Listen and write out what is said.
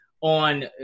on